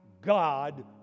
God